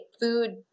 food